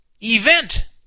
event